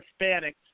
Hispanics